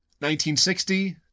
1960